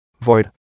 Void